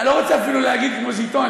אני אפילו לא רוצה לומר כמו ז'יטונים.